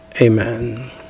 Amen